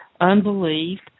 unbelief